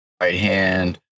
right-hand